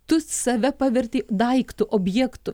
tu save pavertei daiktu objektu